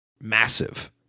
massive